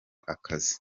akazi